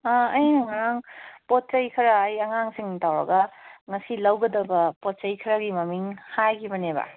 ꯑꯩꯅ ꯉꯔꯥꯡ ꯄꯣꯠ ꯆꯩ ꯈꯔ ꯑꯩ ꯑꯉꯥꯡꯁꯤꯡ ꯇꯧꯔꯒ ꯉꯁꯤ ꯂꯧꯒꯗꯕ ꯄꯣꯠ ꯆꯩ ꯈꯔꯒꯤ ꯃꯃꯤꯡ ꯍꯥꯏꯈꯤꯕꯅꯦꯕ